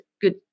good